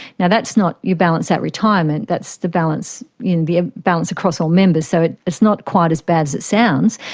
now, that's not your balance at retirement, that's the balance you know the ah balance across all members, so it's not quite as bad as it sounds,